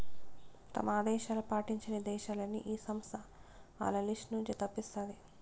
తమ ఆదేశాలు పాటించని దేశాలని ఈ సంస్థ ఆల్ల లిస్ట్ నుంచి తప్పిస్తాది